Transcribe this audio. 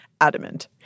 adamant